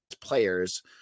players